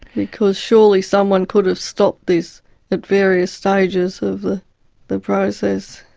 because surely someone could've stopped this at various stages of the the process.